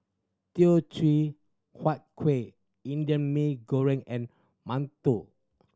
Teochew Huat Kueh Indian Mee Goreng and mantou